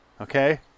Okay